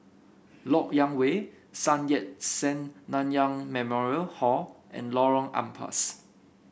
LoK Yang Way Sun Yat Sen Nanyang Memorial Hall and Lorong Ampas